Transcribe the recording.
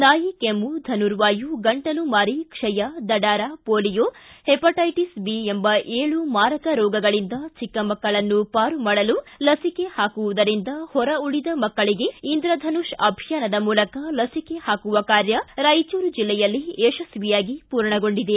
ನಾಯಿಕೆಮ್ಮು ಧನುರ್ವಾಯು ಗಂಟಲು ಮಾರಿ ಕ್ಷಯ ದಡಾರ ಪೊಲೀಯೊ ಪೆಪಟ್ಟೆಟಿಸ್ ಬಿ ಎಂಬ ಎಳು ಮಾರಕ ರೋಗಗಳಿಂದ ಚಿಕ್ಕ ಮಕ್ಕಳನ್ನು ಪಾರು ಮಾಡಲು ಲಸಿಕೆ ಪಾಕುವುದರಿಂದ ಹೊರ ಉಳಿದ ಮಕ್ಕಳಿಗೆ ಇಂದ್ರಧನುಷ್ ಅಭಿಯಾನದ ಮೂಲಕ ಲಸಿಕೆ ಹಾಕುವ ಕಾರ್ಯ ರಾಯಚೂರು ಜಿಲ್ಲೆಯಲ್ಲಿ ಯಶಸ್ವಿಯಾಗಿ ಪೂರ್ಣಗೊಂಡಿದೆ